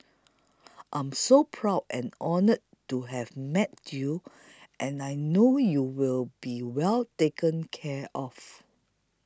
I'm so proud and honoured to have met you and I know you'll be well taken care of